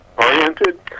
oriented